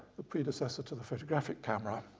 the predecessor to the photographic camera.